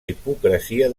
hipocresia